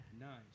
nice